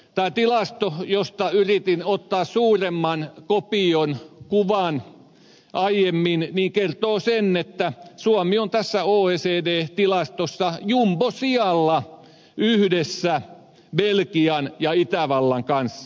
tämä tilasto josta yritin ottaa suuremman kopion kuvan aiemmin kertoo sen että suomi on tässä oecd tilastossa jumbosijalla yhdessä belgian ja itävallan kanssa